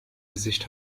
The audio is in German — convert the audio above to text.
gesicht